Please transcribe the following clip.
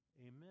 Amen